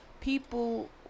people